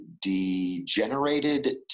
degenerated